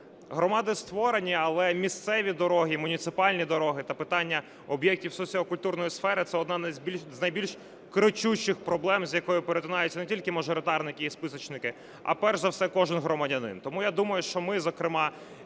громади створені, але місцеві дороги, муніципальні дороги та питання об'єктів соціокультурної сфери – це одна з найбільш кричущих проблем, з якою перетинаються не тільки мажоритарники і списочники, а перш за все кожен громадянин. Тому я думаю, що ми, зокрема,